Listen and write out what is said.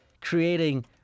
creating